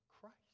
Christ